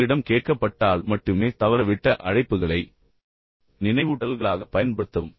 உங்களிடம் கேட்கப்பட்டால் மட்டுமே தவறவிட்ட அழைப்புகளை நினைவூட்டல்களாகப் பயன்படுத்தவும்